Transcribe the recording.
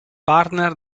partner